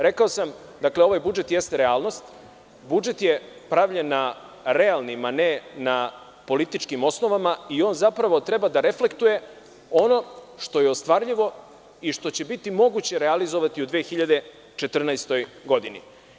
Rekao sam, dakle, ovaj budžet jeste realnost, budžet je pravljen na realnim, a ne na političkim osnovama i on zapravo treba da reflektuje ono što je ostvarljivo i što će biti moguće realizovati u 2014. godini.